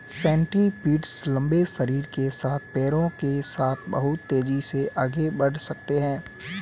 centipedes लंबे शरीर के साथ पैरों के साथ बहुत तेज़ी से आगे बढ़ सकते हैं